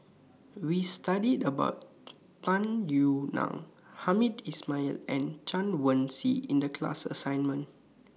We studied about Tung Yue Nang Hamed Ismail and Chen Wen Hsi in The class assignment